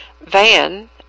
van